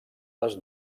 les